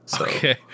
Okay